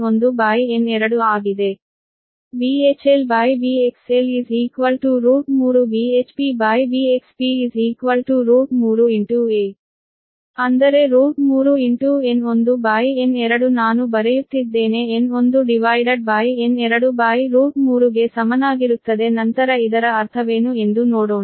VHLVXL 3VHPVXP3 a ಅಂದರೆ 3 N1N2 ನಾನು ಬರೆಯುತ್ತಿದ್ದೇನೆN1N23 ಗೆ ಸಮನಾಗಿರುತ್ತದೆ ನಂತರ ಇದರ ಅರ್ಥವೇನು ಎಂದು ನೋಡೋಣ